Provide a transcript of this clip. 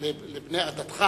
לבני עדתך